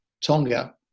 Tonga